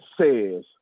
says